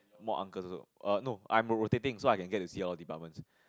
more uncles also err no I'm a rotating so I can get to see all departments